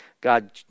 God